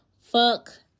Fuck